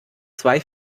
zwei